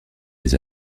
des